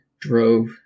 Drove